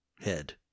head